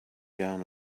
down